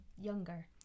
younger